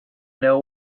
know